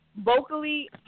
vocally